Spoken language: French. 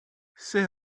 c’est